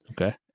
Okay